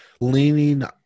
leaning